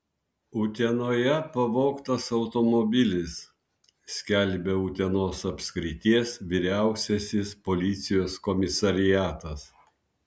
utenoje pavogtas automobilis skelbia utenos apskrities vyriausiasis policijos komisariatas